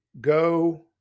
go